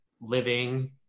living